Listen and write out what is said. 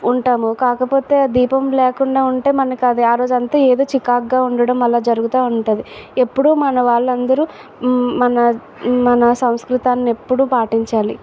ఉంటాము కాకపోతే దీపం లేకుండా ఉంటే మనకి అది ఆరోజు అంతా ఏదో చికాకుగా ఉండడం అలా జరుగుతు ఉంటుంది ఎప్పుడు మన వాళ్ళందరు మన మన సంస్కృతాన్ని ఎప్పుడు పాటించాలి